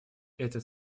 этот